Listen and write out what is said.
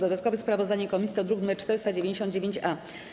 Dodatkowe sprawozdanie komisji to druk nr 499-A.